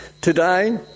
today